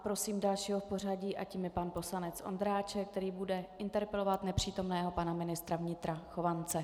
Prosím dalšího v pořadí a tím je pan poslanec Ondráček, který bude interpelovat nepřítomného pana ministra vnitra Chovance.